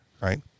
right